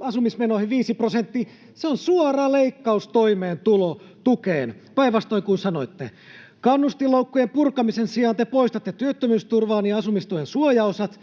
asumismenoihin viisi prosenttia. Se on suora leikkaus toimeentulotukeen, päinvastoin kuin sanoitte. Kannustinloukkujen purkamisen sijaan te poistatte työttömyysturvan ja asumistuen suojaosat,